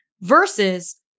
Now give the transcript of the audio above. versus